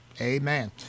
Amen